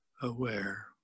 aware